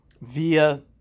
via